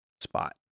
spot